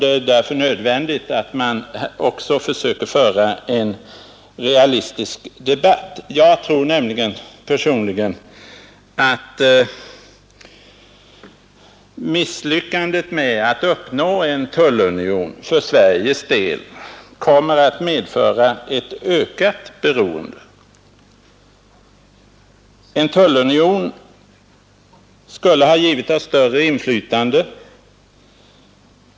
Det är därför nödvändigt att man också söker föra en realistisk debatt. Jag tror nämligen personligen att misslyckandet med att uppnå en tullunion för Sveriges del kommer att medföra ett ökat beroende. En tullunion skulle ha givit oss större inflytande.